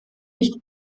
nicht